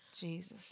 Jesus